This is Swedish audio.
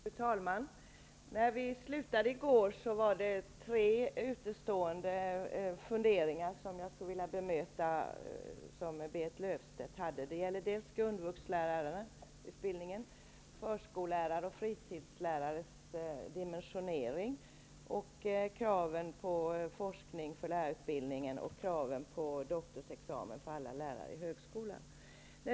Fru talman! När vi slutade i går hade jag tre funderingar angående det som Berit Löfstedt sade. Det gäller grundvuxlärarutbildningen, dimensioneringen när det gäller förskollärare och fritidslärare och kraven på forskning för lärarutbildningen och kraven på doktorsexamen för alla lärare i högskolan.